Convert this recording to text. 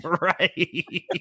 Right